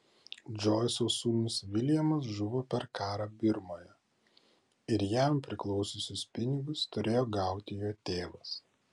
džoiso sūnus viljamas žuvo per karą birmoje ir jam priklausiusius pinigus turėjo gauti jo tėvas